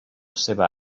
seva